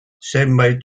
zenbait